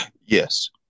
Yes